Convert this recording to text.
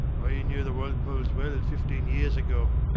i knew the walpoles well fifteen years ago.